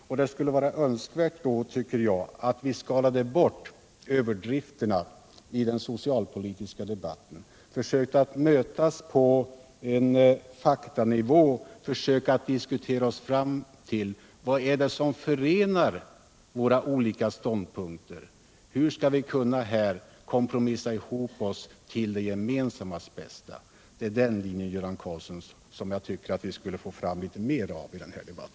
Mot den bakgrunden tycker jag att det vore önskvärt att vi skalade bort överdrifterna i den socialpolitiska debatten och försökte mötas på en faktanivå och diskutera oss fram till vad det är som förenar våra olika ståndpunkter och hur vi skall kunna kompromissa oss samman till det gemensammas bästa. Det är, Göran Karlsson, en sådan linje jag tycker att vi skulle försöka hålla oss till litet mer i den här debatten.